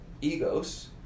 egos